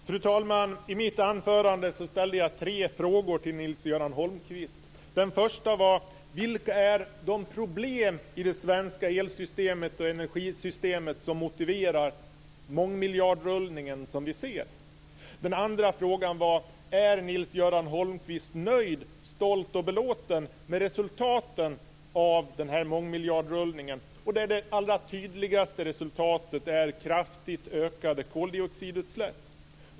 Fru talman! I mitt anförande ställde jag tre frågor till Nils-Göran Holmqvist. Den första frågan löd: Vilka problem i det svenska elsystemet och energisystemet är det som motiverar den mångmiljardrullning som vi ser? Den andra frågan löd: Är Nils-Göran Holmqvist nöjd, stolt och belåten med resultaten av denna mångmiljardrullning? Det allra tydligaste resultatet är kraftigt ökade koldioxidutsläpp.